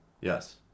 Yes